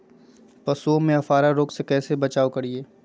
पशुओं में अफारा रोग से कैसे बचाव करिये?